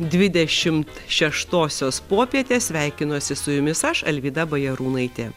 dvidešimt šeštosios popietę sveikinuosi su jumis aš alvyda bajarūnaitė